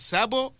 Sabo